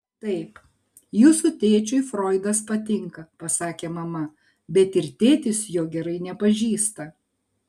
taip jūsų tėčiui froidas patinka pasakė mama bet ir tėtis jo gerai nepažįsta